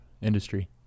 industry